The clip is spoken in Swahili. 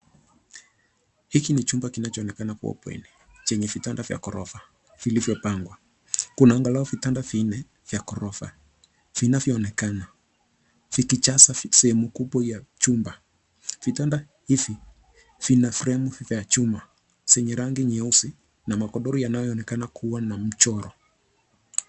Hiki ni chumba kinachoonekana kuwa bweni chenye vitanda vya ghorofa vilivyopangwa. Kuna anagalau viatnada vinne vya ghotofa vinavyoonekana vikijaza sehemu kubwa ya chumba. Vitanda hivi vina fremu za chuma zenye rangi nyeusi na magodoro yanayoonekana kuwa na mchoro.